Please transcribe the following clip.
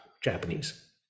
Japanese